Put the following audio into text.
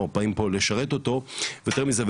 אנחנו באים פה לשרת אותו ויותר מזה,